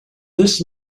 this